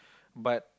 but